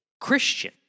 Christian